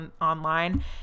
online